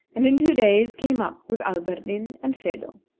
and in two days came up with alberdin and phedo.